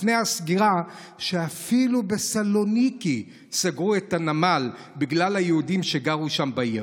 לפני הסגירה: אפילו בסלוניקי סגרו את הנמל בגלל היהודים שגרו שם בעיר.